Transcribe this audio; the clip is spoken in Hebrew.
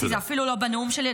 זה אפילו לא בנאום שלי.